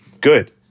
good